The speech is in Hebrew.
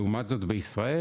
לעומת זאת בישראל,